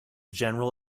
general